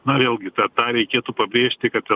na vėlgi tą tą reikėtų pabrėžti kad